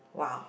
wow